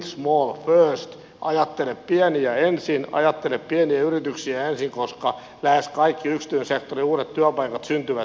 se on ollut think small first ajattele pieniä ensin ajattele pieniä yrityksiä ensin koska lähes kaikki yksityisen sektorin uudet työpaikat syntyvät sinne